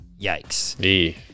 Yikes